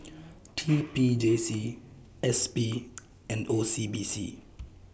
T P J C S P and O C B C